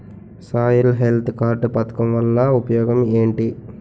Soil health card పథకం వల్ల ఉపయోగం ఏంటి?